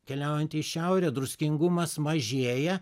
keliaujant į šiaurę druskingumas mažėja